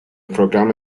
programa